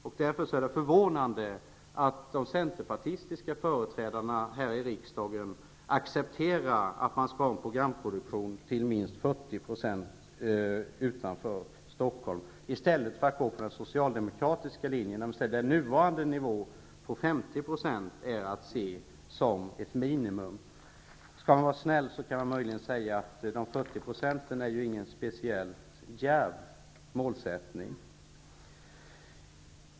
Men det är förvånande att de centerpartistiska företrädarna här i riksdagen accepterar att man skall ha en programproduktion som till minst 40 % sker utanför Stockholm. Den socialdemokratiska linjen säger i stället att den nuvarande nivån på 50 % är att se som ett minimum. Skall man vara snäll kan man möjligen säga att 40 % inte är ett särskilt djärvt mål.